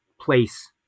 place